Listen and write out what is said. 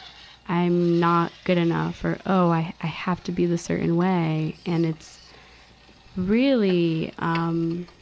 i'm not good enough, or, oh, i have to be this certain way. and it's really, um,